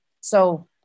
So-